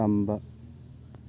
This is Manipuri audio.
ꯇꯝꯕ